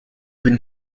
been